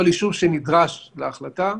כל יישוב שנדרש להחלטה,